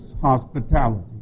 hospitality